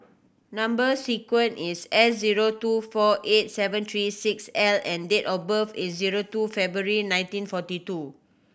number sequence is S zero two four eight seven three six L and date of birth is zero two February nineteen forty two